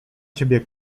ciebie